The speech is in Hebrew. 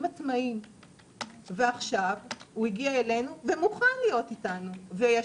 עצמאיים ועכשיו הוא הגיע אלינו והוא מוכן להיות איתנו ויש